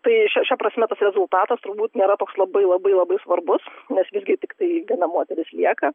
tai šia prasme tas rezultatas turbūt nėra toks labai labai labai svarbus nes visgi tiktai viena moteris lieka